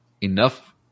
enough